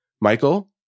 Michael